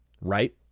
right